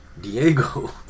Diego